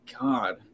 God